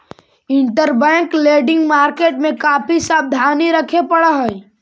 interbank lending market में काफी सावधानी रखे पड़ऽ हई